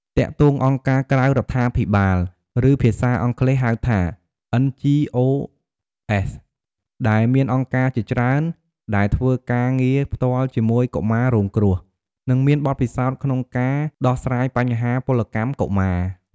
ទាក់ទងអង្គការក្រៅរដ្ឋាភិបាល ឬភាសាអង់គ្លេសហៅថា NGOs ដែលមានអង្គការជាច្រើនដែលធ្វើការងារផ្ទាល់ជាមួយកុមាររងគ្រោះ និងមានបទពិសោធន៍ក្នុងការដោះស្រាយបញ្ហាពលកម្មកុមារ។